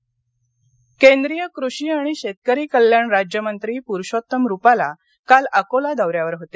रुपाला यवतमाळ केंद्रीय कृषी आणि शेतकरी कल्याण राज्यमंत्री प्रुषोत्तम रूपाला काल अकोला दौऱ्यावर होते